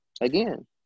again